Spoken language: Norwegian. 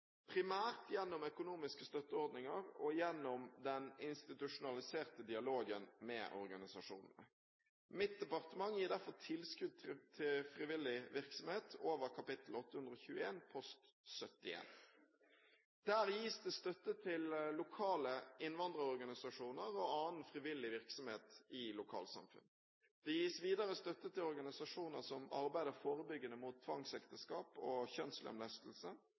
primært gjennom økonomiske støtteordninger og gjennom den institusjonaliserte dialogen med organisasjonene. Mitt departement gir derfor tilskudd til frivillig virksomhet over kap. 821, post 71. Der gis det støtte til lokale innvandrerorganisasjoner og annen frivillig virksomhet i lokalsamfunn. Det gis videre støtte til organisasjoner som arbeider forebyggende mot tvangsekteskap og kjønnslemlestelse.